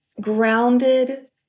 grounded